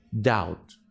doubt